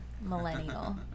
millennial